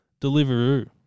Deliveroo